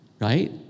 Right